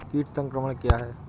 कीट संक्रमण क्या है?